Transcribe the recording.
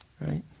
Right